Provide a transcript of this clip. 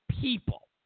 people